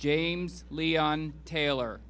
james leon taylor